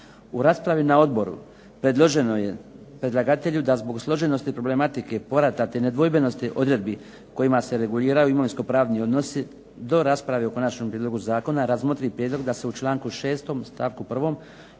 U raspravi na Odboru predloženo je predlagatelju da zbog složenosti problematike, ... te nedvojbenosti odredbi kojima se reguliraju imovinsko pravni odnosi do rasprave u Konačnom prijedlogu zakona razmotri prijedlog da se u članku 6. stavku 1.